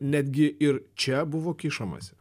netgi ir čia buvo kišamasi